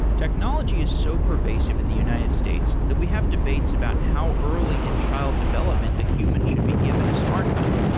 technology is so pervasive in the united states that we have debates about how early in child development a human should be given a smartphone.